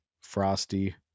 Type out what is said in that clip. frosty